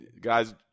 Guys